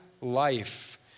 life